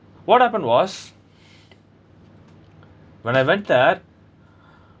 what happened was when I went there